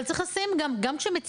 אבל צריך לשים גם כשמציגים,